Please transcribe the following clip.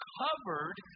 covered